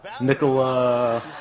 Nicola